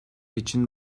için